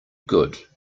good